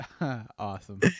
Awesome